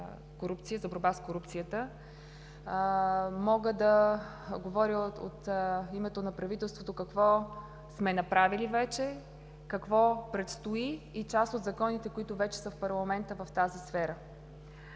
за борба с корупцията, мога да говоря от името на правителството какво сме направили вече, какво предстои и за част от законите, които вече са в парламента в тази сфера.